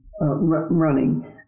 running